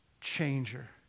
changer